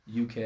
UK